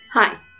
Hi